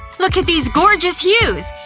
look at these gorgeous hues!